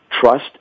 trust